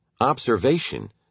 Observation